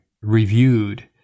reviewed